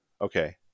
okay